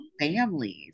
families